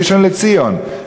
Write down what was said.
ראשון-לציון,